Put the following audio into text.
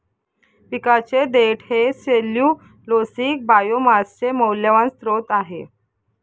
पिकाचे देठ हे सेल्यूलोसिक बायोमासचे मौल्यवान स्त्रोत आहे